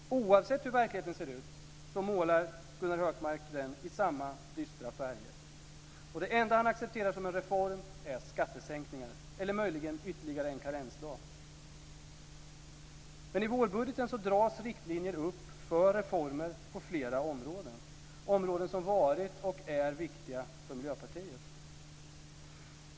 Oavsett hur verkligheten ser ut målar Gunnar Högmark den i samma dystra färger. Och det enda som han accepterar som en reform är skattesänkningar eller möjligen ytterligare en karensdag. I vårbudgeten dras riktlinjer upp för reformer på flera områden som varit och är viktiga för Miljöpartiet.